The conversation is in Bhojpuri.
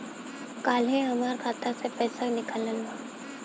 काल्हे हमार खाता से केतना पैसा निकलल बा?